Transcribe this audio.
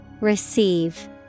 Receive